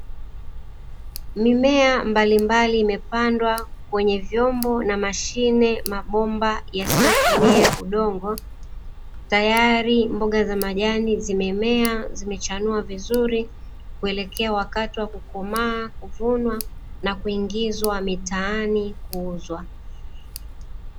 Mimea mbalimbali imepandwa kwenye vyombo na mashine, mabomba yasiyotumia udongo. Tayari mboga za majani zimemea zimechanua vizuri kuelekea wakati wa kukomaa, kuvunwa na kuingizwa mitaani kuuzwa.